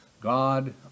God